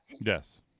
Yes